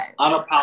Unapologetic